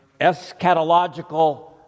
eschatological